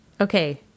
Okay